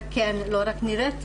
וכן לא רק נראית,